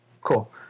Cool